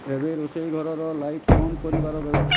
ଏବେ ରୋଷେଇ ଘରର ଲାଇଟ୍ କମ୍ କରିବାର ବେଳ